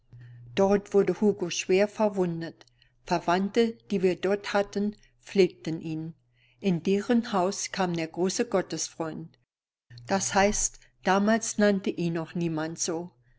dort wurde hugo schwer verwundet verwandte die wir dort hatten pflegten ihn in deren haus kam der große gottesfreund das heißt damals nannte ihn noch niemand so